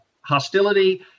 hostility